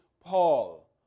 Paul